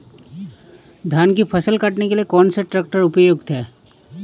धान की फसल काटने के लिए कौन सा ट्रैक्टर उपयुक्त है?